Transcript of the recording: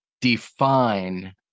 define